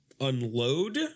unload